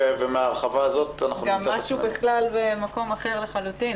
ומההרחבה הזאת אנחנו נמצא את עצמנו --- זה גם משהו במקום אחר לחלוטין.